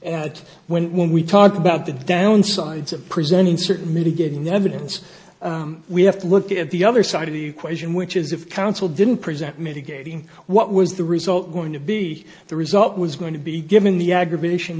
at when we talk about the downsides of presenting certain mitigating evidence we have to look at the other side of the equation which is of counsel didn't present mitigating what was the result going to be the result was going to be given the aggravation